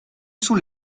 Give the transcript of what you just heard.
sont